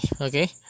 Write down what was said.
okay